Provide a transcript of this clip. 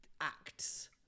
acts